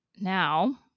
Now